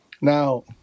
Now